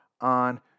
on